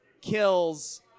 kills